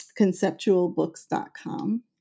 conceptualbooks.com